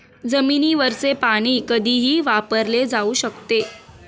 जमिनीवरचे पाणी कधीही वापरले जाऊ शकते